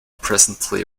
presently